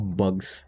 bugs